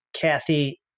Kathy